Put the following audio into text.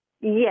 Yes